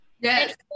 Yes